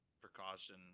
precaution